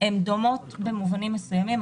הן דומות במובנים מסוימים.